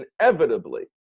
inevitably